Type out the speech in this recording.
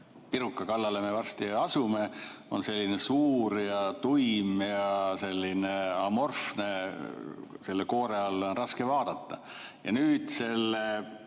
piruka kallale me varsti asume, on selline suur, tuim ja amorfne. Selle koore alla on raske vaadata. Ja nüüd selle